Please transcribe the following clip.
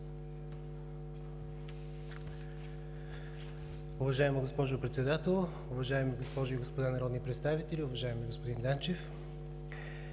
Ви, госпожо Председател. Уважаеми госпожи и господа народни представители, уважаеми господин Данчев!